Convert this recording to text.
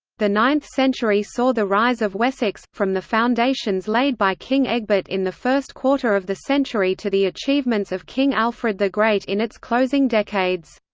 the ninth century saw the rise of wessex, from the foundations laid by king egbert in the first quarter of the century to the achievements of king alfred the great in its closing decades.